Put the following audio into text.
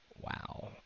wow